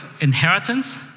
inheritance